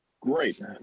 Great